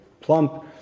plump